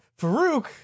Farouk